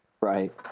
Right